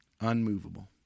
unmovable